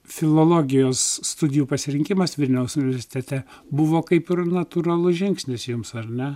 filologijos studijų pasirinkimas vilniaus universitete buvo kaip ir natūralus žingsnis jiems ar ne